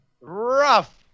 rough